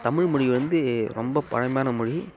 தமிழ்மொழி வந்து ரொம்ப பழமையான மொழி